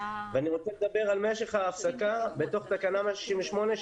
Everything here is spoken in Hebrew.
אני רוצה לדבר על משך ההפסקה בתוך תקנה 168,